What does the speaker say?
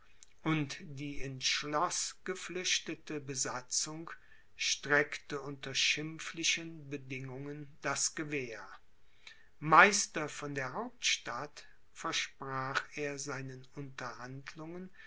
und die ins schloß geflüchtete besatzung streckte unter schimpflichen bedingungen das gewehr meister von der hauptstadt versprach er seinen unterhandlungen